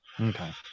okay